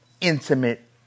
intimate